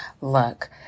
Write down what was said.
Look